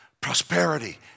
prosperity